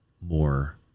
more